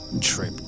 Trip